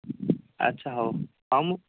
ଆଚ୍ଛା ହେଉ ହେଉ ମୁଁ